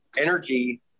energy